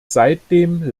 seitdem